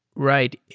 right.